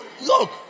Look